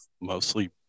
mostly